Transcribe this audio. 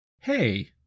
Hey